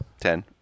Ten